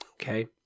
Okay